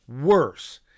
worse